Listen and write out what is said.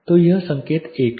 तो यह संकेत एक है